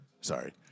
Sorry